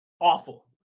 awful